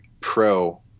pro